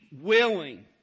willing